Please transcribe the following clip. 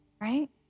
right